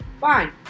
Fine